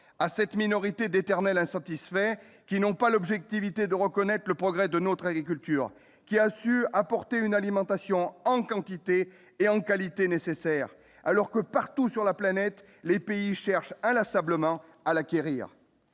à cette minorité d'éternels insatisfaits, qui n'ont pas l'objectivité de reconnaître le progrès de notre agriculture qui a su apporter une alimentation en quantité et en qualité nécessaire alors que partout sur la planète, les pays cherche inlassablement à l'acquérir,